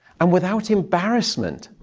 and without embarrassment